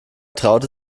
traute